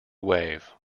wave